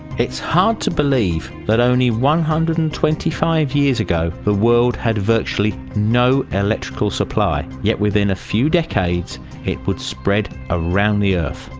it's hard to believe that only one hundred and twenty five years ago the world had virtually no electrical supply yet within a few decades it would spread around the earth.